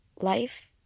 life